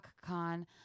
Khan